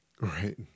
right